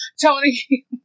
Tony